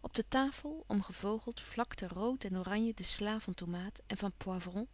op de tafel om gevogelt vlakte rood en oranje de slâ van tomaat en van poivron